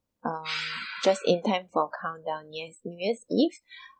um just in time for countdown new year's new year's eve